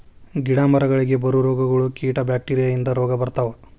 ಗಿಡಾ ಮರಗಳಿಗೆ ಬರು ರೋಗಗಳು, ಕೇಟಾ ಬ್ಯಾಕ್ಟೇರಿಯಾ ಇಂದ ರೋಗಾ ಬರ್ತಾವ